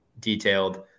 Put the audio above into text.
detailed